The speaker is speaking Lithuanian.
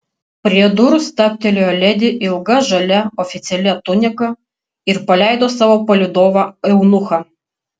prie durų stabtelėjo ledi ilga žalia oficialia tunika ir paleido savo palydovą eunuchą